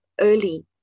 early